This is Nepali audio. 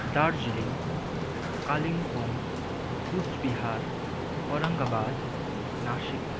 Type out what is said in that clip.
दार्जिलिङ कालिम्पोङ कुचबिहार औरङ्गबाद नासिक